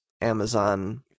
Amazon